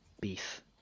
beef